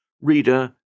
Reader